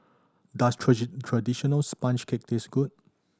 does traditional sponge cake taste good